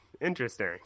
Interesting